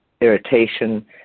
irritation